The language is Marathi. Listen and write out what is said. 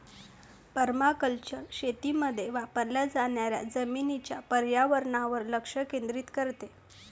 पर्माकल्चर शेतीमध्ये वापरल्या जाणाऱ्या जमिनीच्या पर्यावरणावर लक्ष केंद्रित करते